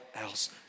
else